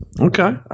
Okay